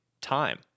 time